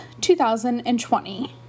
2020